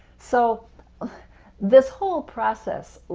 so this whole process,